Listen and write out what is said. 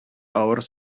авыр